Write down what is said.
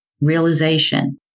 Realization